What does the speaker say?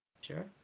Sure